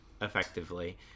effectively